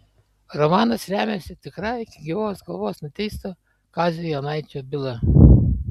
romanas remiasi tikra iki gyvos galvos nuteisto kazio jonaičio byla